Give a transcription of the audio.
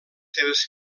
seves